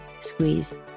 squeeze